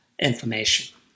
information